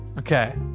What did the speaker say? Okay